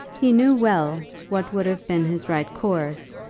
he knew well what would have been his right course,